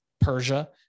Persia